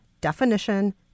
definition